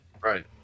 right